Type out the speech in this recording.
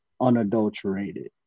unadulterated